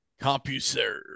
CompuServe